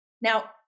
Now